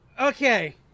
Okay